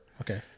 Okay